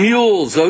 Mules